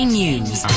News